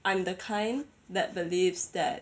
I'm the kind that believes that